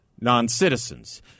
Non-citizens